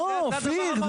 זה הדבר המהותי.